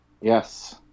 yes